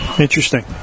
Interesting